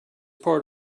part